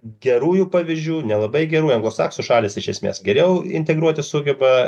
gerųjų pavyzdžių nelabai gerų anglosaksų šalys iš esmės geriau integruoti sugeba